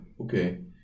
okay